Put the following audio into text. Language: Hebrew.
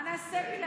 מה נעשה בלעדיה?